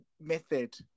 method